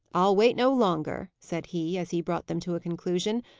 i'll wait no longer, said he, as he brought them to a conclusion.